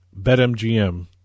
BetMGM